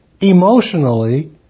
Emotionally